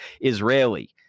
Israeli